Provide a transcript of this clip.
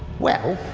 well